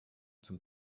zum